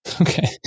okay